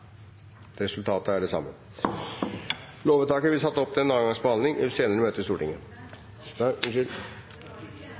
er dermed bifalt. Lovvedtaket vil bli ført opp til andre gangs behandling i et senere møte